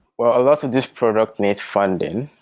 well, a lot of this product needs funding.